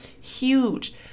huge